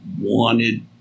wanted